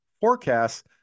forecasts